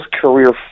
career